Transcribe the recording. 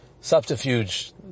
subterfuge